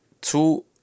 two